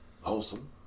Wholesome